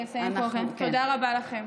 תודה רבה לכם.